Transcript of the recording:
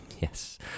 Yes